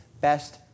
best